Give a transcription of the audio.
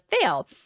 fail